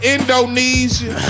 Indonesia